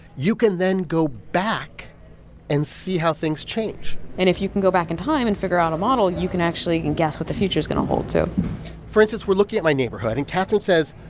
you can then go back and see how things change and if you can go back in time and figure out a model, you can actually guess what the future's going to hold, too for instance, we're looking at my neighborhood. and katherine says,